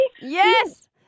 Yes